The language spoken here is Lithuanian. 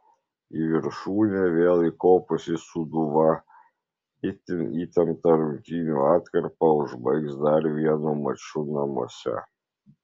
į viršūnę vėl įkopusi sūduva itin įtemptą rungtynių atkarpą užbaigs dar vienu maču namuose